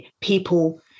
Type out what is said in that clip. people